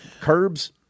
curbs